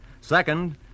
Second